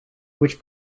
which